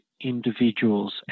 individuals